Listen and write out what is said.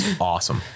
awesome